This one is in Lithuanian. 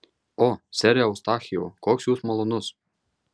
o sere eustachijau koks jūs malonus